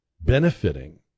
benefiting